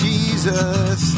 Jesus